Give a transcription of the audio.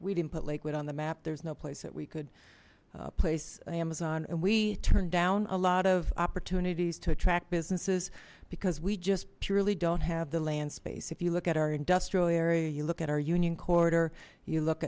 we didn't put lakewood on the map there's no place that we could place amazon and we turned down a lot of opportunities to attract businesses because we just purely don't have the land space if you look at our industrial area you look at our union corridor you look